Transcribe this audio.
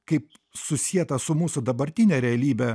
kaip susieta su mūsų dabartine realybe